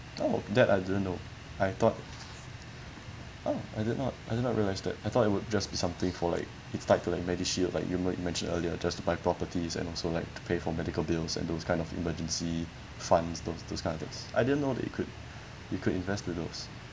oh that I didn't know I thought oh I did not I did not realise that I thought it would just be something for like exactly like medishield like you me~ mention earlier just to buy properties and also like to pay for medical bills and those kind of emergency funds those those kind of things I didn't know that you could you could invest to those